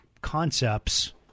concepts